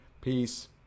peace